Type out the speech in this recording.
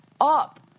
up